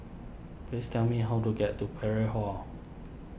please tell me how to get to Parry Hall